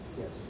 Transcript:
Yes